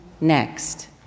next